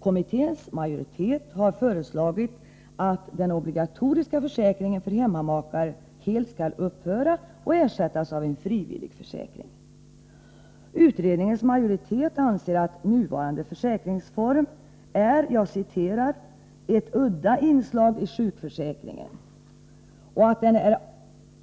Kommitténs majoritet har föreslagit att den obligatoriska försäkringen för hemmamakar helt skall upphöra och ersättas av en frivillig försäkring. Utredningens majoritet anser att nuvarande försäkringsform är ett udda inslag i sjukförsäkringen och att den är